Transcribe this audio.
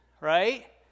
right